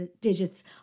digits